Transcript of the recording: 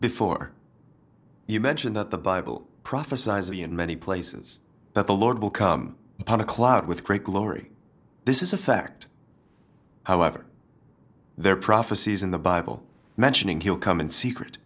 before you mention that the bible prophesies in many places that the lord will come upon a cloud with great glory this is a fact however there prophecies in the bible mentioning he'll come in secret